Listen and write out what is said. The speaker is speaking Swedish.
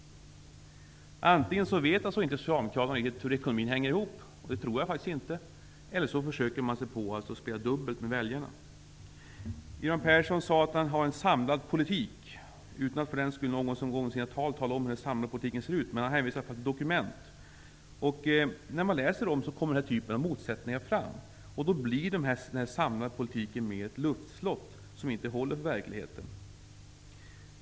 Antingen vet inte Socialdemokraterna riktigt hur ekonomin hänger ihop, och det tror jag faktiskt inte att de vet, eller också försöker de att så att säga spela dubbelt med väljarna. Göran Persson sade att man har en samlad politik. Han talade inte om hur den samlade politiken ser ut, men han hänvisade till olika dokument. När man läser dem upptäcker man den här typen av motsättningar, och då blir nämnda samlade politik mer ett luftslott som inte håller i verkligheten.